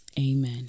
Amen